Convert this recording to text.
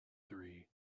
three